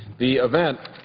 the event